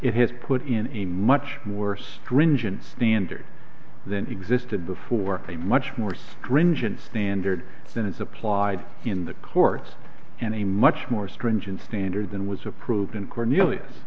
it has put in a much more stringent standard than existed before a much more stringent standard than is applied in the courts and a much more stringent standard than was approved in corn